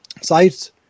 sites